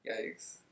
yikes